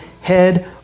head